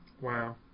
Wow